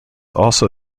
also